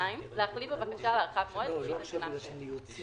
(2)להחליט בבקשה להארכת מועד לפי תקנה 6,